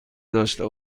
داشته